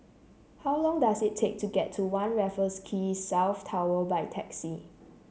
how long does it take to get to One Raffles Quay South Tower by taxi